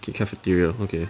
okay cafeteria okay